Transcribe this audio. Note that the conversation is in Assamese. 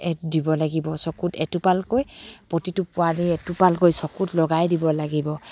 এ দিব লাগিব চকুত এটোপালকৈ প্ৰতিটো পোৱালিৰ এটোপালকৈ চকুত লগাই দিব লাগিব